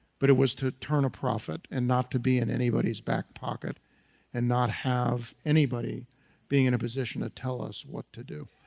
but it was to turn a profit and not to be in anybody's back pocket and not have anybody being in a position to tell us what to do.